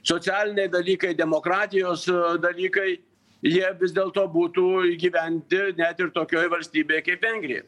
socialiniai dalykai demokratijos dalykai jie vis dėlto būtų įgyvendinti net ir tokioj valstybėj kaip vengrija